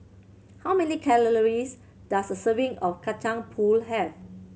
how many calories does a serving of Kacang Pool have